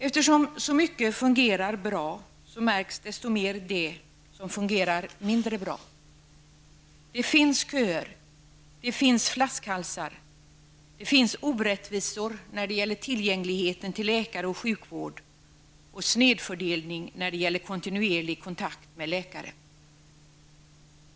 Eftersom så mycket fungerar bra märks det som fungerar mindre bra desto mer. Det finns köer, det finns flaskhalsar, och det finns orättvisor när det gäller tillgängligheten till läkare och sjukvård och snedfördelning i fråga om möjligheten att ha kontinuerliga kontakter med läkare.